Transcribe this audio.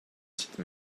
site